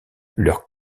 leurs